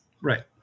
right